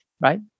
right